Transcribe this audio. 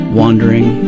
wandering